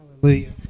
Hallelujah